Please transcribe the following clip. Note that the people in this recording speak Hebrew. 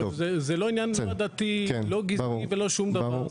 זה לא עניין עדתי או גזעני ולא שום דבר,